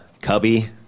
cubby